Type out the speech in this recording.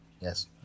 Yes